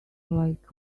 like